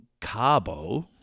Cabo